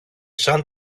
σαν